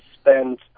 spend